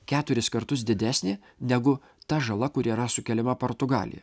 keturis kartus didesnė negu ta žala kuri yra sukeliama portugalija